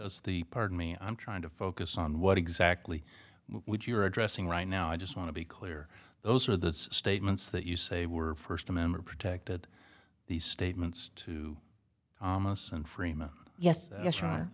the pardon me i'm trying to focus on what exactly would you're addressing right now i just want to be clear those are the statements that you say were first amendment protected these statements to us and freema yes